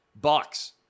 Bucks